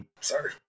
Sorry